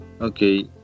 Okay